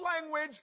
language